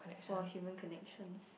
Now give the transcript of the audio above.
for human connections